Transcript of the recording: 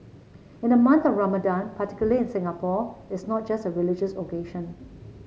in the month of Ramadan particular in Singapore it's not just a religious occasion